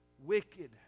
wicked